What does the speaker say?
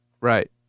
right